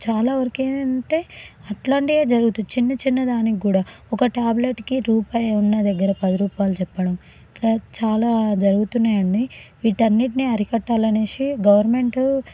చాలా వరకే అంటే అట్లాంటివే జరుగుతు చిన్న చిన్న దానికి కూడా ఒక ట్యాబ్లెట్కి రూపాయి ఉన్న దగ్గర పది రూపాయలు చెప్పడం ఇట్ల చాలా జరుగుతున్నాయండి వీటన్నిటిని అరికట్టాలి అనేసి గవర్నమెంటూ